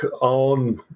on